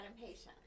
impatient